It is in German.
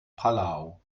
palau